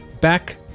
back